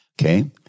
Okay